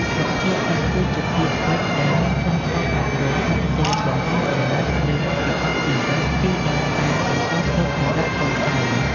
សុភាសិត គឺជាពាក្យពេចន៍ដែលមានខ្លឹមសារអប់រំ ដាស់តឿន បង្ហាញគំនិត ឬបទពិសោធន៍ជីវិតពីដូនតាបន្សល់ទុកសម្រាប់កូនចៅ។